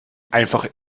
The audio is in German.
einfach